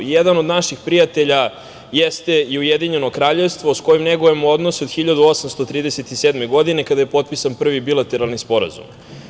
Jedan od naših prijatelja jeste i Ujedinjeno Kraljevstvo, s kojim negujemo odnose od 1837. godine, kada je potpisan prvi bilateralni sporazum.